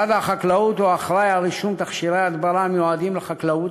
משרד החקלאות הוא האחראי לרישום תכשירי הדברה המיועדים לחקלאות,